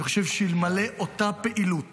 אני חושב שאלמלא אותה פעילות